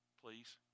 Please